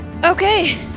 Okay